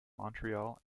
montreal